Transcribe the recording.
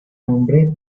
nombre